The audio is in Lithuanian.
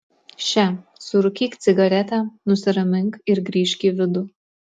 še surūkyk cigaretę nusiramink ir grįžk į vidų